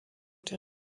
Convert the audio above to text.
der